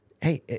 Hey